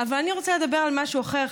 אבל אני רוצה לדבר על משהו אחר,